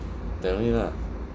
tell me lah